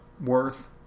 worth